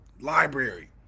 library